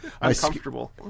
uncomfortable